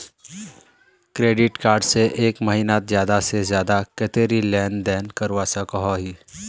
Credit card से एक महीनात ज्यादा से ज्यादा कतेरी लेन देन करवा सकोहो ही?